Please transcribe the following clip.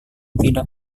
tidak